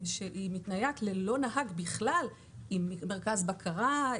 שמתנייעת ללא נהג בכלל ועם מרכז בקרה,